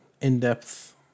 in-depth